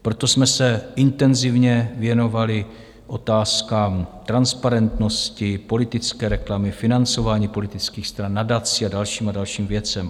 Proto jsme se intenzivně věnovali otázkám transparentnosti, politické reklamy, financování politických stran, nadací a dalším a dalším věcem.